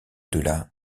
delà